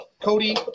Cody